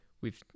we've-